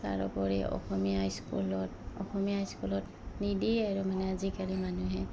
তাৰোপৰি অসমীয়া স্কুলত অসমীয়া স্কুলত নিদিয়েই আৰু মানে আজিকালি মানুহে